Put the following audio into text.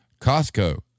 Costco